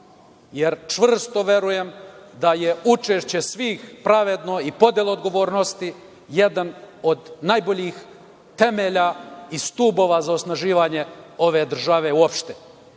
jer čvrsto verujem da je učešće svih pravedno i podela odgovornosti jedan od najboljih temelja i stubova za osnaživanje ove države, uopšte.U